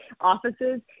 offices